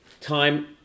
time